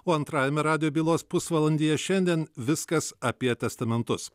o antrajame radijo bylos pusvalandyje šiandien viskas apie testamentus